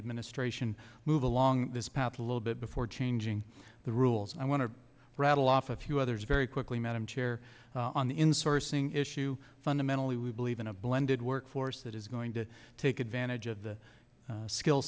administration move along this path a little bit before changing the rules and i want to rattle off a few others very quickly madam chair on the in sourcing issue fundamentally we believe in a blended workforce that is going to take advantage of the skill